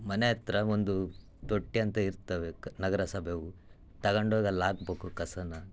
ಮನೆ ಹತ್ರ ಒಂದು ತೊಟ್ಟಿ ಅಂತ ಇರ್ತವೆ ಕ್ ನಗರಸಭೆಯವು ತಗಂಡು ಹೋಗಿ ಅಲ್ಲಿ ಹಾಕ್ಬೇಕು ಕಸಾನ